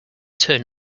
turn